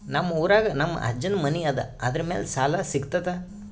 ನಮ್ ಊರಾಗ ನಮ್ ಅಜ್ಜನ್ ಮನಿ ಅದ, ಅದರ ಮ್ಯಾಲ ಸಾಲಾ ಸಿಗ್ತದ?